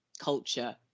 culture